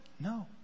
No